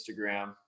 Instagram